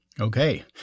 Okay